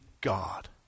God